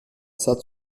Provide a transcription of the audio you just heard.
façades